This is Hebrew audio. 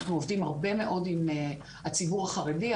אנחנו עובדים הרבה מאוד עם הציבור החרדי.